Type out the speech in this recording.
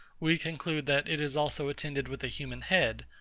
we conclude that it is also attended with a human head,